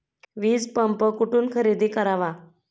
वीजपंप कुठून खरेदी करावा?